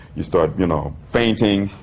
you start, you know, fainting.